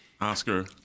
Oscar